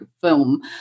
film